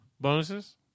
Bonuses